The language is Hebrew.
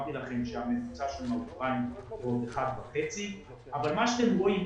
אמרתי לכם שהמבצע הוא 1.5. אבל מה שאתם רואים,